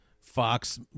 Fox